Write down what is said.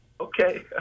Okay